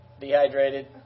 dehydrated